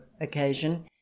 occasion